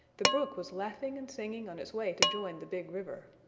the brook was laughing and singing on its way to join the big river.